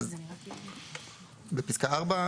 בפסקה (4),